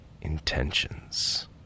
intentions